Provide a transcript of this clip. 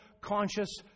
conscious